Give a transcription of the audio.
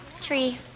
Tree